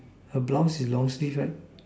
her blouse is long sleeve right